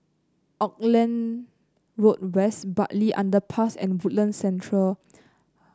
Auckland Road West Bartley Underpass and Woodlands Centre Road